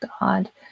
God